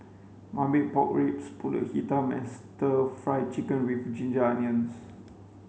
marmite pork ribs Pulut Hitam and stir fry chicken with ginger onions